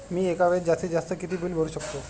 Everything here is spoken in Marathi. मी एका वेळेस जास्तीत जास्त किती बिल भरू शकतो?